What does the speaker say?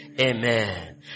Amen